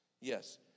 Yes